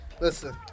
Listen